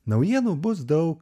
naujienų bus daug